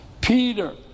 Peter